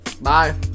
Bye